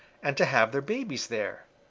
and to have their babies there.